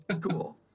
Cool